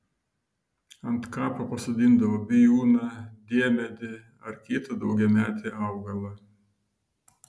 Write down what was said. ant kapo pasodindavo bijūną diemedį ar kitą daugiametį augalą